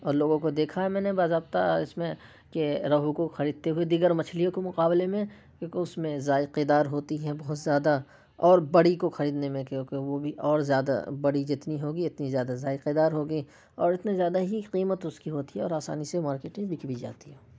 اور لوگوں کو دیکھا ہے میں نے باضابطہ اس میں کہ روہو کو خریدتے ہوئے دیگر مچھلیوں کے مقابلے میں کیونکہ اس میں ذائقے دار ہوتی ہیں بہت زیادہ اور بڑی کو خریدنے میں کیونکہ وہ بھی اور زیادہ بڑی جتنی ہوگی اتنی زیادہ ذائقے دار ہوگی اور اتنے زیادہ ہی قیمت اس کی ہوتی ہے اور آسانی سے مارکیٹ میں بک بھی جاتی ہے